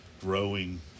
growing